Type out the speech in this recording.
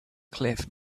cliff